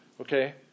Okay